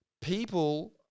People